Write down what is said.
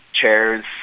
chairs